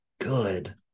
good